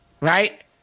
right